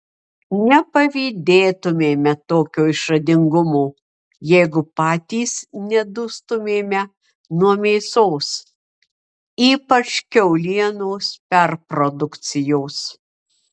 nepavydėtumėme tokio išradingumo jeigu patys nedustumėme nuo mėsos ypač kiaulienos perprodukcijos